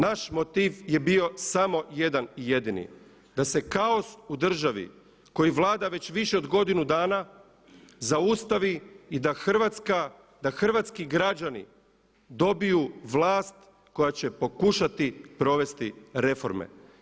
Naš motiv je bio samo jedan jedini da se kaos u državi koji vlada već više od godinu dana zaustavi i da Hrvatska, da hrvatski građani dobiju vlast koja će pokušati provesti reforme.